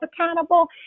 accountable